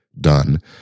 done